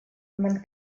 man